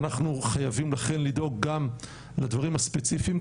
ואנחנו חייבים לכן לדאוג גם לדברים הספציפיים,